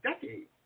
decades